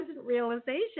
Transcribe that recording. realization